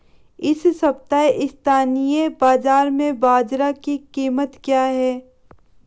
इस सप्ताह स्थानीय बाज़ार में बाजरा की कीमत क्या है?